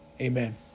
Amen